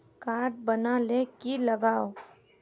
Card बना ले की लगाव?